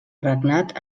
regnat